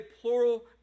plural